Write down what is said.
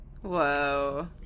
whoa